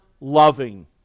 loving